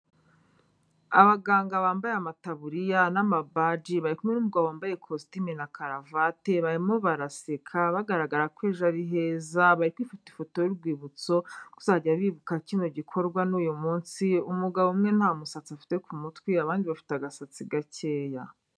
Abaganga bambaye amataburiya n'amabaji, bari kumwe n'umugabo wambaye kositimu na karavate, barimo baraseka bagaragara ko ejo ari heza, bari kwifata ifoto y'urwibutso yo kuzajya bibuka kino gikorwa n'uyu munsi, umugabo umwe nta musatsi afite ku mutwe, abandi bafite agasatsi gakeya.